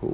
[ho]